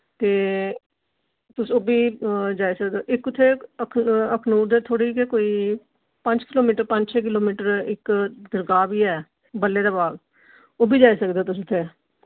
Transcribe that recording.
ते तुस ओह् बी जाई सकदे इक उत्थे अक अखनूर दे थोह्ड़े गै कोई पंज किलोमीटर पंज छे किलोमीटर इक दरगाह बी ऐ बल्ले दे बाल ओह् बी जाई सकदे तुस उत्थै